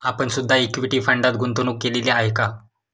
आपण सुद्धा इक्विटी फंडात गुंतवणूक केलेली आहे का?